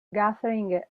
gathering